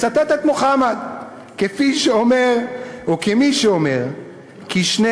מצטט את מוחמד כמי שאומר כי שני